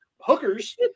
hookers